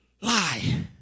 lie